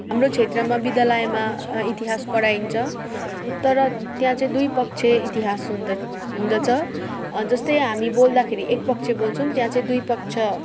हाम्रो क्षेत्रमा विद्यालयमा इतिहास पढाइन्छ तर त्यहाँ चाहिँ दुई पक्ष इतिहास हुँद हुँदछ जस्तो हामी बोल्दाखेरि एक पक्ष बोल्छौँ त्यहाँ चाहिँ दुई पक्ष